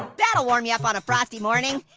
that'll warm you up on a frosty morning.